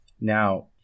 Now